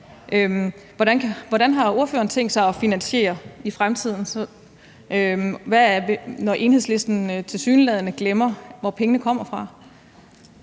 Hvordan har ordføreren tænkt sig der skal finansieres i fremtiden, når Enhedslisten tilsyneladende glemmer, hvor pengene kommer fra?